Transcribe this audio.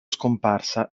scomparsa